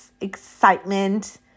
excitement